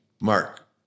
Mark